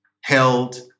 held